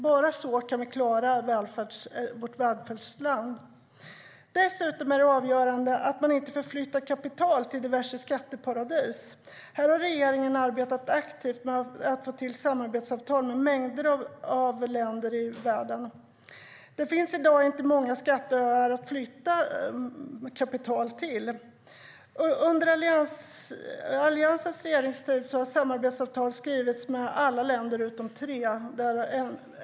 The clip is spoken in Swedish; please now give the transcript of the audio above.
Bara så kan vi klara vårt välfärdsland. Dessutom är det avgörande att man inte flyttar kapital till diverse skatteparadis. Här har regeringen arbetat aktivt med att få till samarbetsavtal med mängder av länder i världen. Det finns i dag inte många skatteöar att flytta kapital till. Under Alliansens regeringstid har samarbetsavtal skrivits med alla länder utom tre.